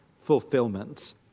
fulfillment